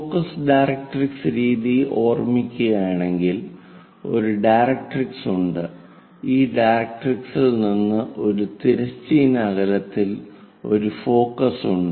focus directrix രീതി ഓർമ്മിക്കുകയാണെങ്കിൽ ഒരു ഡയറക്ട്രിക്സ് ഉണ്ട് ഈ ഡയറക്ട്രിക്സിൽ നിന്ന് ഒരു നിശ്ചിത അകലത്തിൽ ഒരു ഫോക്കസ് ഉണ്ട്